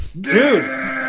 Dude